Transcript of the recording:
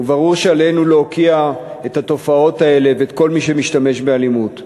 וברור שעלינו להוקיע את התופעות האלה ואת כל מי שמשתמש באלימות,